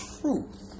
truth